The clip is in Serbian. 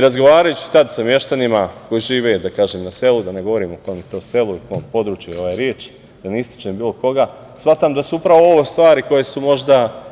Razgovarajući tada sa meštanima koji žive na selu, da ne govorim o kom selu i o kom području je reč, da ne ističem bilo koga, smatram da su upravo ove stvari koje su možda